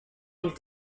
mille